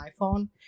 iPhone